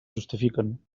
justifiquen